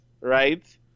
right